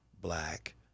black